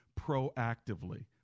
proactively